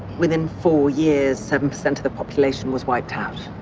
within four years, seven percent of the population was wiped out